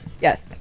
Yes